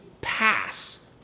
pass